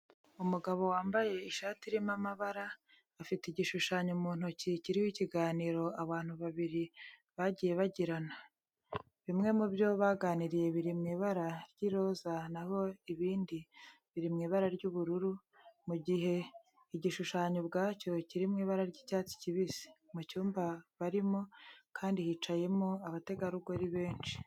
Umugabo wambaye ishati irimo amabara, afite igishushanyo mu ntoki kiriho ikiganiro abantu babiri bagiye bagirana. Bimwe mu byo baganiriye biri mu ibara ry'iroza na ho ibindi biri mu ibara ry'ubururu, mu gihe igishushanyo ubwacyo kiri mu ibara ry'icyatsi kibisi. Mu cyumba barimo kandi hicayemo abategarugori benshi.